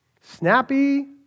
snappy